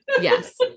Yes